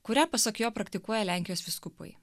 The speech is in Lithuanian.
kurią pasak jo praktikuoja lenkijos vyskupai